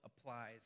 applies